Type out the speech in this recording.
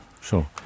sure